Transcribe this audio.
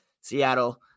seattle